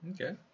Okay